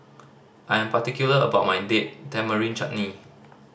I am particular about my Date Tamarind Chutney